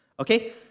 Okay